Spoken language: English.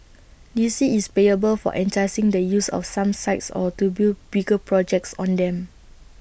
D C is payable for the use of some sites or to build bigger projects on them